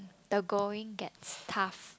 the going gets tough